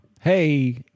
hey